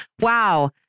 Wow